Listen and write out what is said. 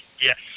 Yes